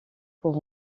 pour